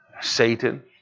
Satan